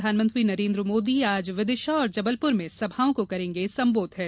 प्रधानमंत्री नरेन्द्र मोदी आज विदिशा और जबलपुर में सभाओं को करेंगे संबोधित